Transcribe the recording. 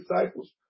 disciples